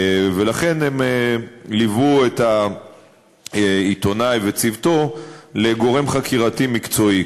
ולכן הם ליוו את העיתונאי וצוותו לגורם חקירתי מקצועי.